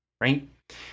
right